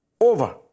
over